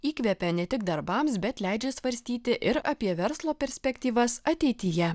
įkvepia ne tik darbams bet leidžia svarstyti ir apie verslo perspektyvas ateityje